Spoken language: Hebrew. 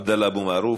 עבדאללה אבו מערוף,